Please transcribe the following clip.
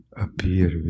appear